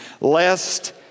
lest